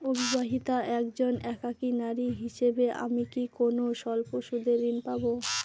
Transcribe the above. অবিবাহিতা একজন একাকী নারী হিসেবে আমি কি কোনো স্বল্প সুদের ঋণ পাব?